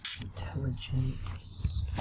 intelligence